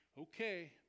okay